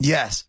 Yes